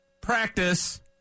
practice